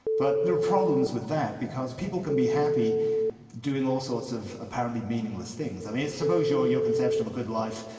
but there are problems with that because people can be happy doing all sorts of apparently meaningless things. and suppose your your conception of a good life,